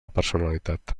personalitat